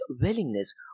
willingness